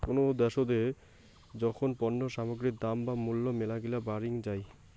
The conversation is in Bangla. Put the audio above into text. কোনো দ্যাশোত যখন পণ্য সামগ্রীর দাম বা মূল্য মেলাগিলা বাড়িং যাই